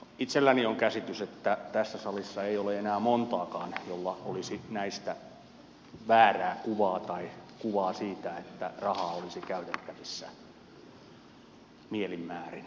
itselläni on käsitys että tässä salissa ei ole enää montaakaan jolla olisi näistä väärä kuva tai sellainen kuva että rahaa olisi käytettävissä mielin määrin